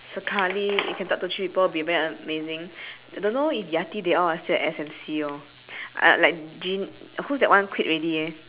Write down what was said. sekali we can talk to three people it'll be very amazing I don't know if yati they all are still at S_M_C orh uh like jean who's that one quit already